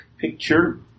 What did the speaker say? picture